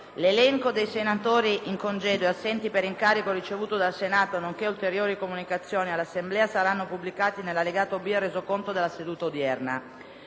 L'elenco dei senatori in congedo e assenti per incarico ricevuto dal Senato, nonché ulteriori comunicazioni all'Assemblea saranno pubblicati nell'allegato B al Resoconto della seduta odierna.